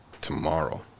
tomorrow